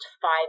five